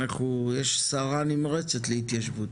יש שרה נמרצת להתיישבות.